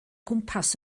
gwmpas